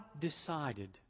decided